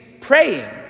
praying